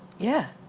yeah!